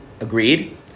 Agreed